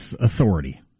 authority